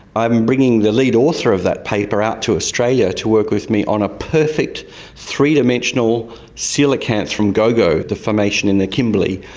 i'm bringing the lead author of that paper out to australia to work with me on a perfect three-dimensional coelacanth from gogo, the formation in the kimberley,